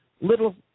little